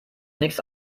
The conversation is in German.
nichts